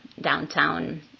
downtown